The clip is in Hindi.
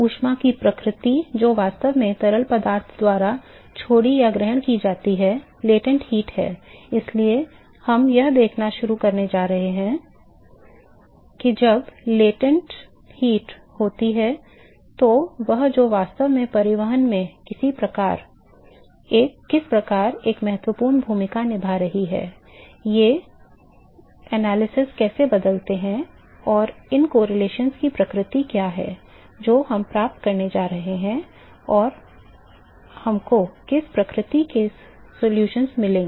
ऊष्मा की प्रकृति जो वास्तव में तरल पदार्थ द्वारा छोड़ी या ग्रहण की जाती है गुप्त ऊष्मा है इसलिए हम यह देखना शुरू करने जा रहे हैं कि जब latent heat होती है तो वह जो वास्तव में परिवहन में किस प्रकार एक महत्वपूर्ण भूमिका निभा रही है ये विश्लेषण कैसे बदलते हैं और इन सहसंबंधों की प्रकृति क्या है जो हम प्राप्त करने जा रहे हैं और हमको किस प्रकृति के सॉल्यूशन मिलेंगे